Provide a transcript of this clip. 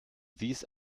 these